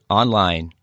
online